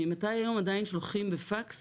היום עדיין שולחים בפקס